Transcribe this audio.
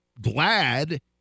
glad